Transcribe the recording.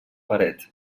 paret